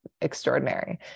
extraordinary